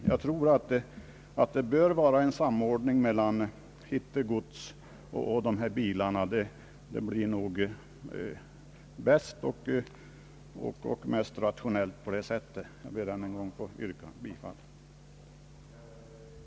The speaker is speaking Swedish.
Jag anser därför att det bör vara en samordning mellan hittegods och övergivna bilar. Det är nog den bästa och mest rationella lösningen. Jag ber än en gång att få yrka bifall till utskottets förslag.